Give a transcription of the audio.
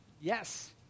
Yes